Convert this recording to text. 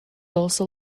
also